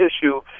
issue